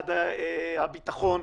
למשרד הביטחון,